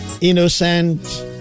Innocent